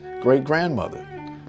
great-grandmother